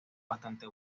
bastante